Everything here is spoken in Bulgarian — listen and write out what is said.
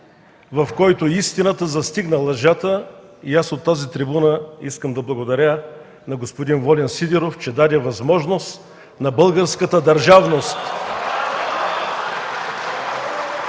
в която истината застигна лъжата и аз от тази трибуна искам да благодаря на господин Волен Сидеров, че даде възможност на българската държавност…